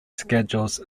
schedules